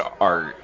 art